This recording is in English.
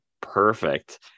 perfect